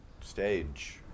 stage